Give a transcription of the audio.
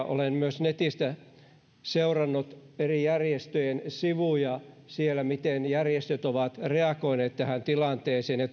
olen myös netistä seurannut eri järjestöjen sivuja ja on ollut erittäin miellyttävää lukea miten järjestöt ovat reagoineet tähän tilanteeseen ja